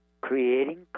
creating